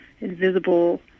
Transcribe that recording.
invisible